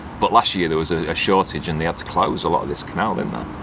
but last year there was ah a shortage and they had to close a lot of this canal didn't